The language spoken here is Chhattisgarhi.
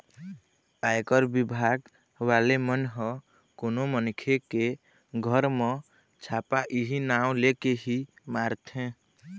आयकर बिभाग वाले मन ह कोनो मनखे के घर म छापा इहीं नांव लेके ही मारथे